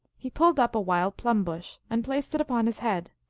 he pulled up a wild plum-bush and placed it upon his head,